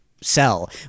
sell